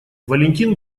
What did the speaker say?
валентин